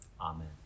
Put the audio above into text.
Amen